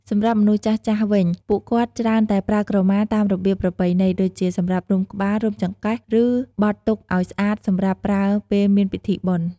សម្រាប់មនុស្សចាស់ៗវិញ ពួកគាត់ច្រើនតែប្រើក្រមាតាមរបៀបប្រពៃណី ដូចជាសម្រាប់រុំក្បាល រុំចង្កេះ ឬ បត់ទុកឱ្យស្អាតសម្រាប់ប្រើពេលមានពីធីបុណ្យ។